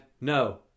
No